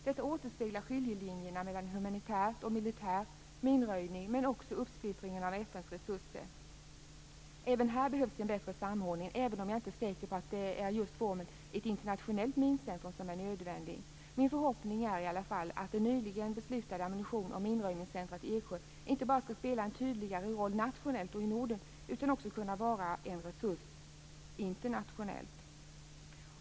Detta återspeglar skiljelinjerna mellan humanitär och militär minröjning, men också uppsplittringen av FN:s resurser. Även här behövs en bättre samordning. Men jag är inte säker på att just formen, ett internationellt mincentrum, är nödvändig. Min förhoppning är att det nyligen beslutade ammunitions och minröjningscentrumet i Eksjö inte bara skall spela en tydligare roll nationellt och i Norden utan också kunna vara en resurs internationellt.